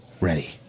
ready